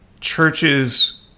Churches